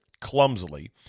clumsily